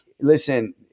listen